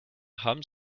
haben